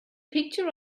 picture